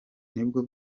nibwo